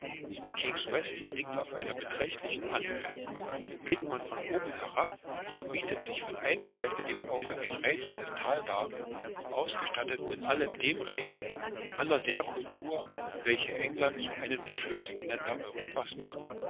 king's weston liegt auf einer beträchtlichen anhöhe blickt man von oben herab so bietet sich von einer seite dem auge ein reizendes tal dar ausgestattet mit allem dem reichtum aller der kultur welche england zu einem der schönsten länder europas machen